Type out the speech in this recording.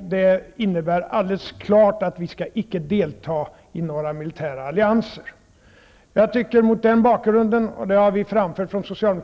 Det innebär alldeles klart att vi icke skall delta i några militära allianser. Mot den bakgrunden tycker jag